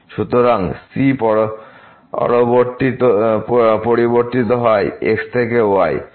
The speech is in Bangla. সুতরাং c পরিবর্তিত হয় x থেকে y